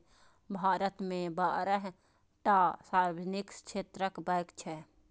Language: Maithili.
भारत मे बारह टा सार्वजनिक क्षेत्रक बैंक छै